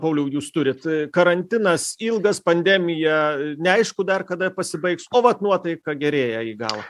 pauliau jūs turit karantinas ilgas pandemija neaišku dar kada pasibaigs o vat nuotaika gerėja į galą